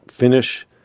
finish